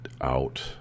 out